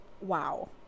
wow